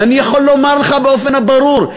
ואני יכול לומר לך באופן ברור: